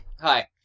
hi